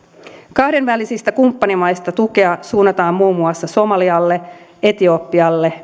kahdenvälisistä kumppanimaista tukea suunnataan muun muassa somalialle etiopialle